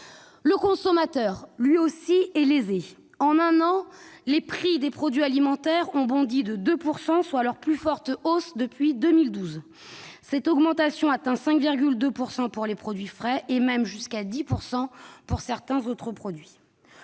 Le consommateur est lui aussi lésé. En un an, les prix des produits alimentaires ont bondi de 2 %, soit leur plus forte hausse depuis 2012. Cette augmentation atteint 5,2 % pour les produits frais, et jusqu'à 10 % même pour certains autres produits.